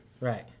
Right